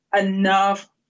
enough